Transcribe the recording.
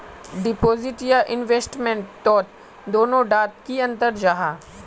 Deposit या investment तोत दोनों डात की अंतर जाहा?